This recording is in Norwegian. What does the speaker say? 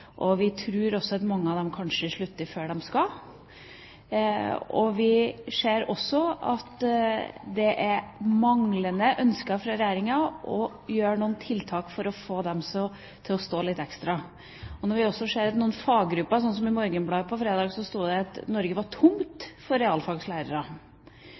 Vi tror også at mange av dem vil slutte før de må. Vi ser at Regjeringa ikke ønsker å sette i verk noen tiltak for å få dem til å stå på litt ekstra. Vi ser også at innenfor noen faggrupper, som det sto om i Morgenbladet på fredag, er det i Norge